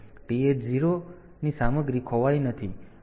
તેથી TH 0 સામગ્રી ખોવાઈ નથી